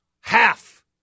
Half